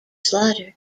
slaughtered